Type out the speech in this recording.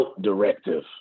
directive